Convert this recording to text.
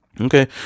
Okay